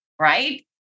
right